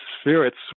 spirits